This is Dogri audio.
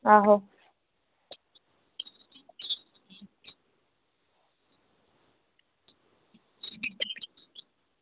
आहो